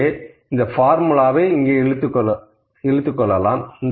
ஆகவே இந்த பார்முலாவை இங்கே இழுக்கிறேன்